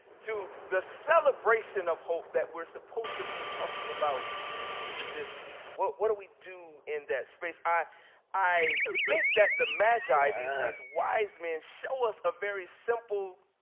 to the celebration of hope that we're supposed to be talking about this week. what what do we do in that space? i i think that the magi, these these wise men, show us a very simple,